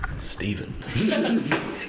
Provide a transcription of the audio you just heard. Stephen